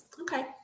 Okay